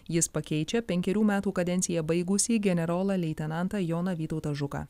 jis pakeičia penkerių metų kadenciją baigusį generolą leitenantą joną vytautą žuką